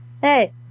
Hey